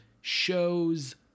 shows